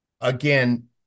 Again